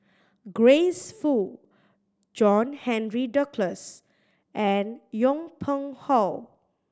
Grace Fu John Henry Duclos and Yong Pung How